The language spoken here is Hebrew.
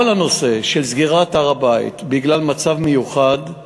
כל הנושא של סגירת הר-הבית בגלל מצב מיוחד הוא